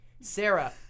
Sarah